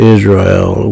Israel